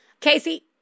Casey